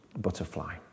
butterfly